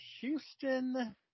Houston